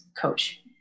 coach